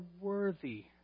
worthy